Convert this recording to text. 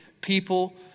people